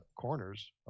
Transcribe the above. corners